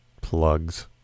Plugs